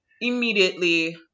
immediately